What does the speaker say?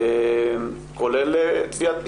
כולל תביעת פיצויים?